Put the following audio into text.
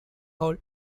hall